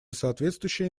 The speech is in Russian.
соответствующие